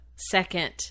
second